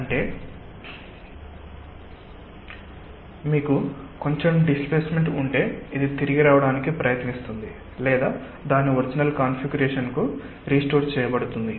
అంటే మీకు కొంచెం డిస్ప్లేస్మెంట్ ఉంటే ఇది తిరిగి రావడానికి ప్రయత్నిస్తుంది లేదా దాని ఒరిజినల్ కాన్ఫిగరేషన్కు రీస్టోర్ చేయబడుతుంది